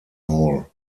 hall